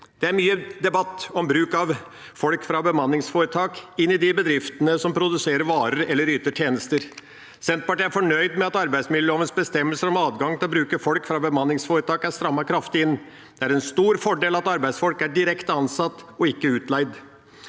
Det er mye debatt om bruk av folk fra bemanningsforetak inn i de bedriftene som produserer varer eller yter tjenester. Senterpartiet er fornøyd med at arbeidsmiljølovens bestemmelser om adgang til å bruke folk fra bemanningsforetak er strammet kraftig inn. Det er en stor fordel at arbeidsfolk er direkte ansatt og ikke utleid.